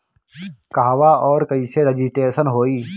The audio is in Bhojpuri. कहवा और कईसे रजिटेशन होई?